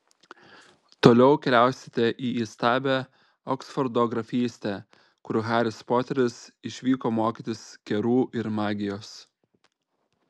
toliau keliausite į įstabią oksfordo grafystę kur haris poteris išvyko mokytis kerų ir magijos